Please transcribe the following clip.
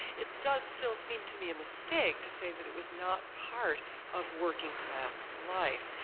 it does still seem to me a mistake to say that it was not part of working class life,